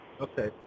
Okay